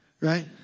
Right